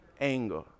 anger